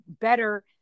better